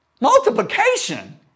Multiplication